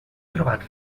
trobat